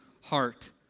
heart